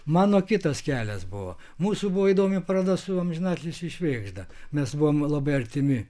mano kitas kelias buvo mūsų buvo įdomi paroda su amžinatilsi švėgžda mes buvom labai artimi